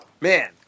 Man